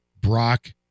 Brock